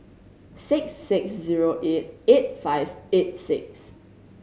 six six zero eight eight five eight six